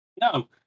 No